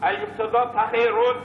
על יסודות החירות,